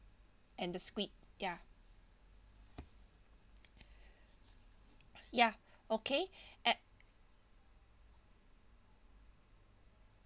and the squid ya ya okay at